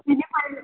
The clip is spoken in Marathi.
किती पाहिजे